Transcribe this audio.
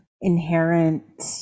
inherent